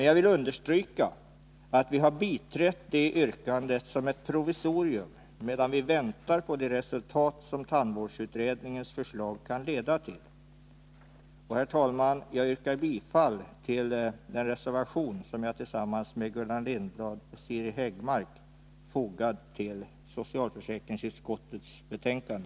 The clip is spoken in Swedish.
Jag vill dock understryka att vi har biträtt det yrkandet som ett provisorium, medan vi väntar på de resultat som tandvårdsutredningens förslag kan leda till. Herr talman! Jag yrkar bifall till den reservation som jag tillsammans med Gullan Lindblad och Siri Häggmark fogat till socialförsäkringsutskottets betänkande.